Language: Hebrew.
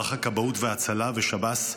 מערך הכבאות וההצלה ושב"ס,